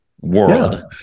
world